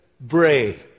bray